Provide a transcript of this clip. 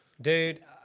Dude